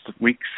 weeks